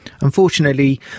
Unfortunately